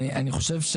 אני חושב,